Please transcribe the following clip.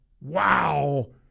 wow